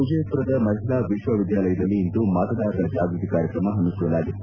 ವಿಜಯಪುರದ ಮಹಿಳಾ ವಿಶ್ವವಿದ್ಯಾಲಯದಲ್ಲಿ ಇಂದು ಮತದಾರರ ಜಾಗೃತಿ ಕಾರ್ಯಕ್ರಮ ಹಮ್ನಿಕೊಳ್ಳಲಾಗಿತ್ತು